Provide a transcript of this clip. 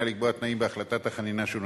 לקבוע תנאים בהחלטת החנינה שהוא נותן.